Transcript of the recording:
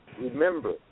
Remember